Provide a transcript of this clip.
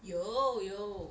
有有